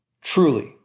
truly